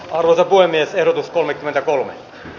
korkoineen ehdotus kolmekymmentäkolme